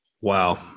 Wow